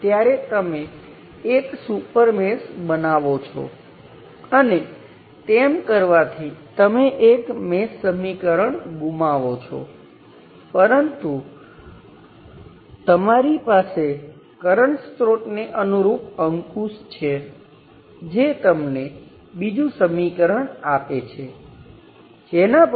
તેથી આ વોલ્ટેજ હજુ છ વોલ્ટ પર છે અને આ કરંટ હવે જો તમે આ રેઝિસ્ટરને જુઓ દાખલા તરીકે આપણી પાસે રેઝિસ્ટર પર 4 વોલ્ટ છે અને ત્યાં 2 મિલિએમ્પ અને 20 કિલો ઓહ્મ રેઝિસ્ટરમાં 0